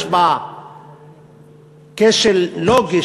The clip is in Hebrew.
יש בה כשל לוגי,